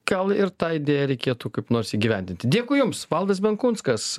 gal ir tą idėją reikėtų kaip nors įgyvendinti dėkui jums valdas benkunskas